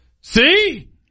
See